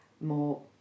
more